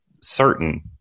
certain